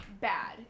bad